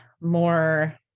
more